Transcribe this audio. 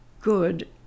good